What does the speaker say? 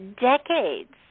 decades